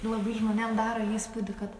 nu labai žmonėm daro įspūdį kad